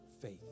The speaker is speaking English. faith